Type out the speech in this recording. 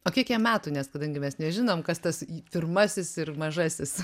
o kiek jam metų nes kadangi mes nežinom kas tas pirmasis ir mažasis